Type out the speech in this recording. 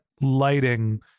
lighting